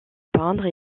peindre